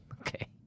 Okay